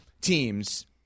teams